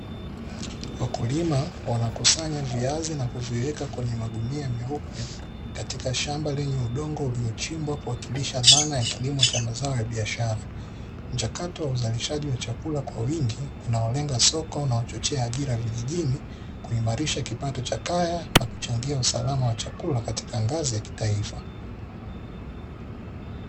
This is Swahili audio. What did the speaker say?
Wakulima wanakusanya viazi na kuviweka kwenye magunia meupe katika shamba lenye udongo uliochimbwa kuwakilisha dhana ya kilimo cha mazao ya biashara mchakato wa uzalishaji wa chakula kwa wingi unaolenga soko na wachochea ajira vijijini kuimarisha kipato cha kaya na kuchangia usalama wa chakula katika ngazi ya kitaifa.